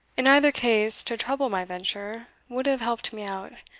in either case, to treble my venture, would have helped me out.